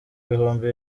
ibihumbi